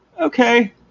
okay